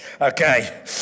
Okay